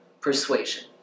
persuasion